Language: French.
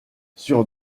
sur